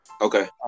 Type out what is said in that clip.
Okay